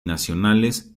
nacionales